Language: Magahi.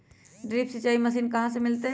ड्रिप सिंचाई मशीन कहाँ से मिलतै?